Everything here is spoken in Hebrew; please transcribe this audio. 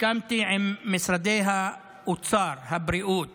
סיכמתי עם משרדי האוצר, הבריאות